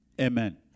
Amen